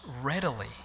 readily